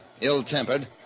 ill-tempered